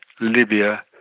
Libya